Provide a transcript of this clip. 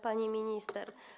Pani Minister!